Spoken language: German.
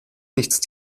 nicht